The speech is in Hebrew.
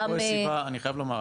אני חייב לומר,